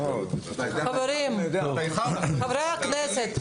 חברי הכנסת,